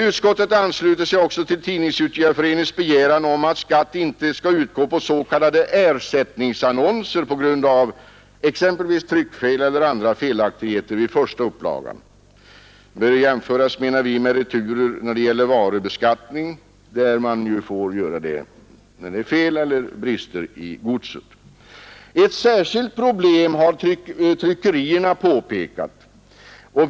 Utskottet ansluter sig också till Tidningsutgivareföreningens begäran att skatt inte skall utgå på s.k. ersättningsannonser på grund av exempelvis tryckfel eller andra felaktigheter vid första upplagan. Detta bör jämföras med varubeskattningen, där returer för fel eller brist i godset inte är skattebelagda. Ett särskilt problem har tryckerierna påpekat.